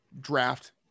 draft